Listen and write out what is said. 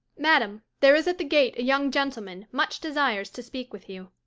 madam, there is at the gate a young gentleman much desires to speak with you.